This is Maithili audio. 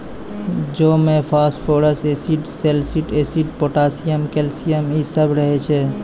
जौ मे phosphorus acid, salicylic acid, potassium, calcium इ सभ रहै छै